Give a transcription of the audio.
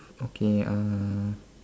okay uh